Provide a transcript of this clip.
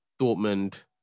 Dortmund